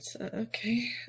okay